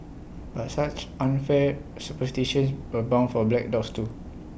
but such unfair superstitions abound for black dogs too